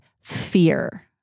fear